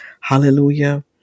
hallelujah